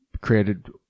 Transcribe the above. created